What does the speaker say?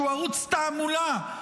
שהוא ערוץ תעמולה,